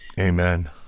Amen